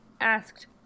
asked